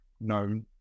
known